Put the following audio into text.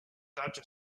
dodger